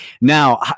Now